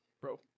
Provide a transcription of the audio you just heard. Bro